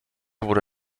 wurde